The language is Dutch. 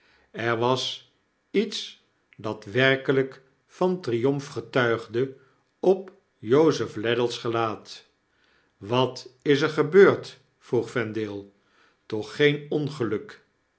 er was iets dat werkelyk van triomf getuigde op jozef ladle's gelaat wat is er gebeurd vroeg vendale toch geen ongeluk